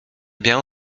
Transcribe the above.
białą